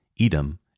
Edom